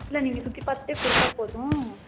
இல்லை நீங்கள் சுற்றி பார்த்துட்டே கொடுத்தா போதும்